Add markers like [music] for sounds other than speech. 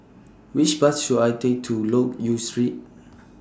Which Bus should I Take to Loke Yew Street [noise]